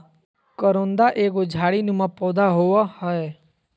करोंदा एगो झाड़ी नुमा पौधा होव हय